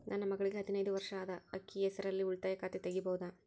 ನನ್ನ ಮಗಳಿಗೆ ಹದಿನೈದು ವರ್ಷ ಅದ ಅಕ್ಕಿ ಹೆಸರಲ್ಲೇ ಉಳಿತಾಯ ಖಾತೆ ತೆಗೆಯಬಹುದಾ?